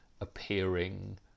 appearing